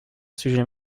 sujet